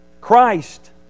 Christ